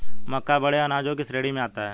मक्का बड़े अनाजों की श्रेणी में आता है